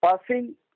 passing